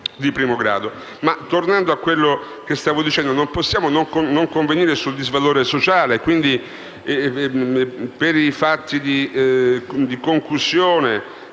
Tornando a quello che stavo dicendo, non possiamo non convenire sul disvalore sociale dei reati di concussione,